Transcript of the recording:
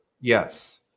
Yes